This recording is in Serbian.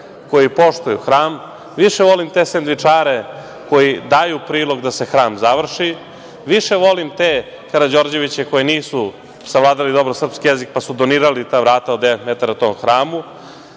koji poštuju hram, više volim te sendvičare koji daju prilog da se Hram završi, više volim te Karađorđeviće koji nisu savladali dobro srpski jezik pa su donirali ta vrata od devet metara tom Hramu,